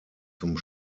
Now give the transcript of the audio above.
zum